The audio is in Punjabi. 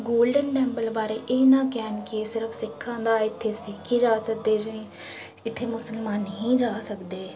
ਗੋਲਡਨ ਟੈਂਪਲ ਬਾਰੇ ਇਹ ਨਾ ਕਹਿਣ ਕਿ ਸਿਰਫ਼ ਸਿੱਖਾਂ ਦਾ ਇੱਥੇ ਸਿੱਖ ਹੀ ਜਾ ਸਕਦੇ ਜੇ ਇੱਥੇ ਮੁਸਲਮਾਨ ਨਹੀਂ ਜਾ ਸਕਦੇ